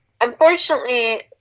Unfortunately